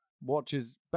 watches